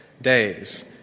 days